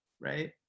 right